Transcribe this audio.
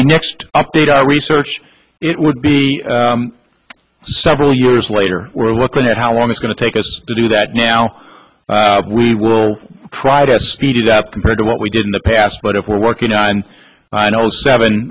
we next update our research it would be several years later we're looking at how long it's going to take us to do that now we will try to speed it up compared to what we did in the past but if we're working and i know seven